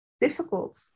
difficult